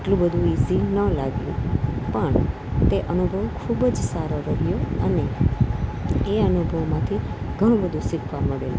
એટલું બધુ ઇઝી ન લાગ્યું પણ તે અનુભવ ખૂબ જ સારો રહ્યો અને એ અનુભવમાંથી ઘણું બધું શીખવા મળેલું